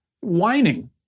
whining